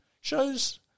Shows